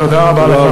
תודה רבה.